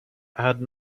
had